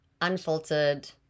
unfiltered